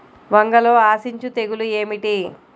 వంగలో ఆశించు తెగులు ఏమిటి?